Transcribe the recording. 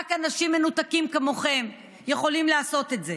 רק אנשים מנותקים כמוכם יכולים לעשות את זה.